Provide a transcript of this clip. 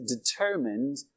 determined